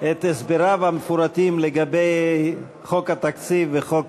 את הסבריו המפורטים לגבי חוק התקציב וחוק